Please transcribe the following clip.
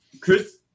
Chris